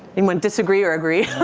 anyone disagree or agree?